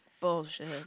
Bullshit